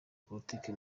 politiki